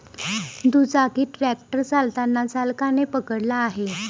दुचाकी ट्रॅक्टर चालताना चालकाने पकडला आहे